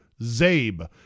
ZABE